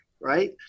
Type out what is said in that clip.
right